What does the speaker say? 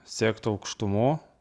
siekti aukštumų